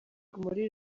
muri